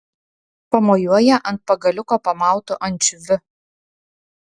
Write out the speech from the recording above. pamojuoja ant pagaliuko pamautu ančiuviu